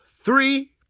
three